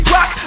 Rock